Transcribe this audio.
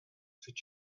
fut